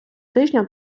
тижня